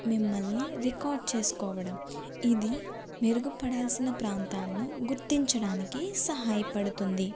మిమ్మల్ని రికార్డ్ చేసుకోవడం ఇది మెరుగుపడాల్సిన ప్రాంతాన్ని గుర్తించడానికి సహాయపడుతుంది